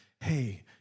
hey